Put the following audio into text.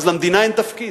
אז למדינה אין תפקיד.